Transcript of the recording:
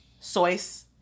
Soyce